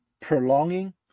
prolonging